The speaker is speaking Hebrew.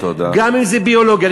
גם אם זה ביולוגיה,